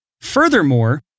furthermore